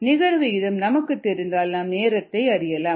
நிகர விகிதம் நமக்குத் தெரிந்தால் நாம் நேரத்தை அறியலாம்